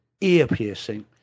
ear-piercing